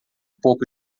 pouco